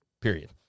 period